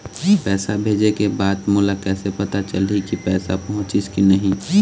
पैसा भेजे के बाद मोला कैसे पता चलही की पैसा पहुंचिस कि नहीं?